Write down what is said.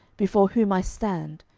before whom i stand,